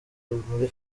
muri